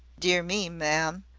dear me, ma'am,